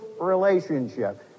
relationship